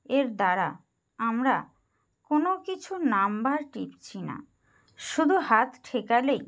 এর দ্বারা আমরা কোনো কিছুর নাম্বার টিপছি না শুধু হাত ঠেকালেই